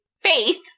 Faith